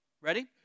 Ready